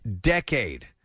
decade